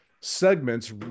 segments